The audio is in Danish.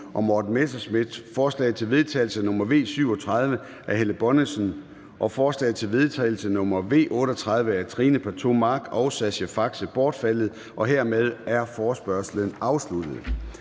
og Morten Messerschmidt (DF), forslag til vedtagelse nr. V 37 af Helle Bonnesen (KF) og forslag til vedtagelse nr. V 38 af Trine Pertou Mach (EL) og Sascha Faxe (ALT) bortfaldet. Hermed er forespørgslen afsluttet.